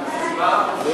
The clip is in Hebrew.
ההצעה להעביר